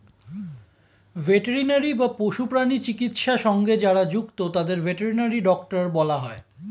veterinary বা পশু প্রাণী চিকিৎসা সঙ্গে যারা যুক্ত তাদের ভেটেরিনারি ডক্টর বলা হয়